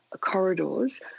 corridors